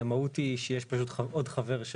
המהות היא שיש פשוט עוד חבר,